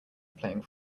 playing